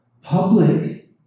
Public